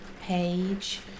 page